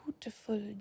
beautiful